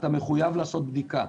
אתה מחויב לעשות בדיקה.